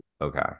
okay